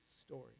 story